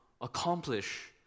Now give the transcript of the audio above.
accomplish